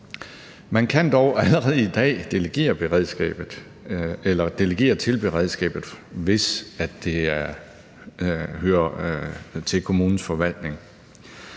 Man kan dog allerede i dag delegere det til beredskabet, hvis det hører til kommunens forvaltning.